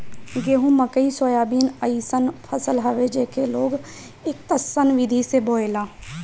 गेंहू, मकई, सोयाबीन अइसन फसल हवे जेके लोग एकतस्सन विधि से बोएला